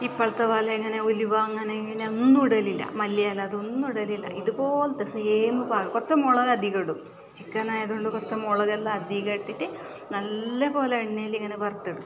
ഇപ്പോളത്തെ പോലെ അങ്ങനെ ഉലുവ അങ്ങനെ ഇങ്ങനെ ഒന്നും ഇടലില്ല മല്ലിയില അതൊന്നും ഇടലില്ല ഇതുപോലത്തെ സെയിം കുറച്ച് മുളക് അധികം ഇടും ചിക്കനായത് കൊണ്ട് കുറച്ച് മുളകെല്ലാം അധികം ഇട്ടിട്ട് നല്ല പോലെ എണ്ണയിൽ ഇങ്ങനെ വറുത്തെടുക്കും